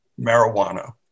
marijuana